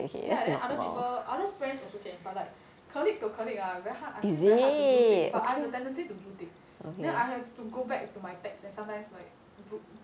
ya then other people other friends also can but like colleague to colleague very hard I feel very hard to blue tick but I have a tendency to blue tick then I have to go back to my text and sometimes like blue